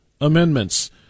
Amendments